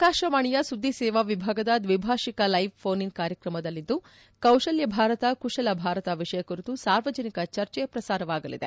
ಆಕಾಶವಾಣಿಯ ಸುದ್ದಿ ಸೇವಾ ವಿಭಾಗದ ದ್ವಿಭಾಷಿಕ ಲೈವ್ ಫೋನ್ಇನ್ ಕಾರ್ಯಕ್ರಮದಲ್ಲಿಂದು ಕೌಶಲ್ಲ ಭಾರತ ಕುಶಲ ಭಾರತ ವಿಷಯ ಕುರಿತು ಸಾರ್ವಜನಿಕ ಚರ್ಚೆ ಪ್ರಸಾರವಾಗಲಿದೆ